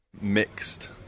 Mixed